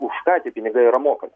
už ką tie pinigai yra mokami